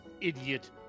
idiot